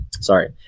sorry